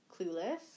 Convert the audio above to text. Clueless